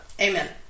Amen